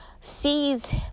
sees